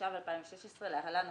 התשע"ו 2016‏ )להלן,